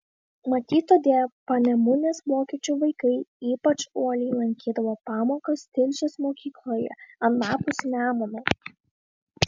matyt todėl panemunės vokiečių vaikai ypač uoliai lankydavo pamokas tilžės mokykloje anapus nemuno